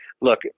look